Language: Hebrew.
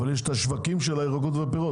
אבל יש את השווקים של הירקות והפירות,